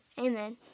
Amen